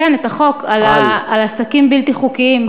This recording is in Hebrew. כן, את החוק, על עסקים בלתי חוקיים.